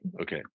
Okay